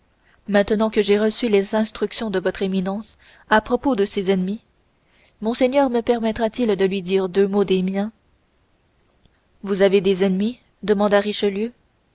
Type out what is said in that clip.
maintenant que j'ai reçu les instructions de votre éminence à propos de ses ennemis monseigneur me permettra t il de lui dire deux mots des miens vous avez donc des ennemis demanda richelieu